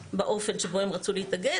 באופן שבו הם רצו להתאגד,